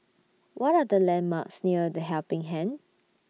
What Are The landmarks near The Helping Hand